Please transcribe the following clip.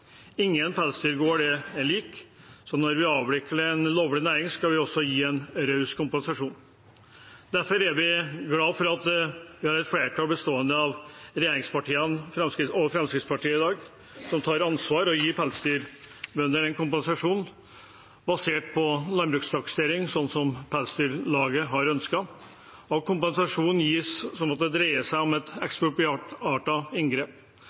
Ingen pelsdyrgårder er like. Når vi avvikler en lovlig næring, skal vi også gi en raus kompensasjon. Derfor er vi glade for at vi har et flertall bestående av regjeringspartiene og Fremskrittspartiet som i dag tar ansvar og gir pelsdyrbøndene en kompensasjon basert på landbrukstaksering, slik som Pelsdyralslaget har ønsket, og at kompensasjonen gis som om det dreier seg om et ekspropriasjonsartet inngrep,